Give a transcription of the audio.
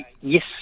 Yes